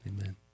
Amen